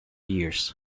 years